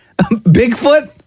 Bigfoot